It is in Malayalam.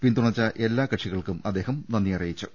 പിന്തുണച്ച എല്ലാ കക്ഷി കൾക്കും അദ്ദേഹം നന്ദി അറിയിച്ചു